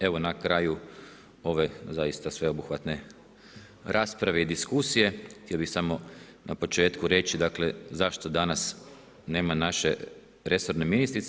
Evo na kraju ove zaista sveobuhvatne rasprave i diskusije, htio bi samo na početku reći, dakle zašto danas nema naše resorne ministrice.